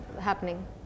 happening